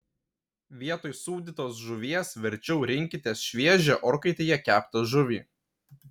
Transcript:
vietoj sūdytos žuvies verčiau rinkitės šviežią orkaitėje keptą žuvį